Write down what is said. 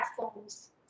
platforms